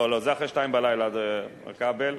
לא, לא, זה אחרי 02:00, מר כבל.